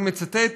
אני מצטט,